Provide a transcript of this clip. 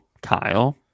Kyle